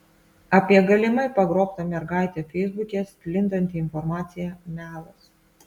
apie galimai pagrobtą mergaitę feisbuke sklindanti informacija melas